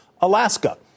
Alaska